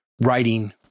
writing